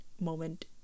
moment